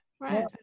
right